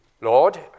Lord